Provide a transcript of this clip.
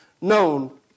known